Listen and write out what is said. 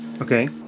Okay